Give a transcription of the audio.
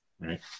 right